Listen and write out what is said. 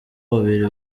babiri